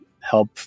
help